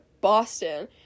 Boston